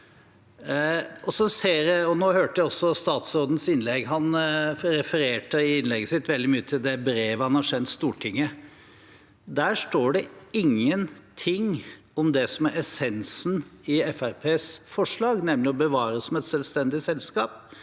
Nå hørte jeg statsrådens innlegg. Han refererte i innlegget sitt veldig mye til det brevet han har sendt Stortinget. Der står det ingenting om det som er essensen i Fremskrittspartiets forslag, nemlig å bevare Flytoget som et selvstendig selskap.